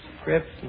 scripts